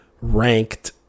ranked